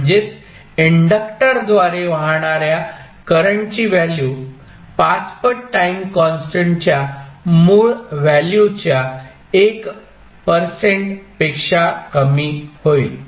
म्हणजेच इंडक्टरद्वारे वाहणाऱ्या करंटची व्हॅल्यू 5 पट टाईम कॉन्स्टंट च्या मूळ व्हॅल्यूच्या 1 पेक्षा कमी होईल